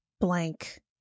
blank